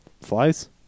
Flies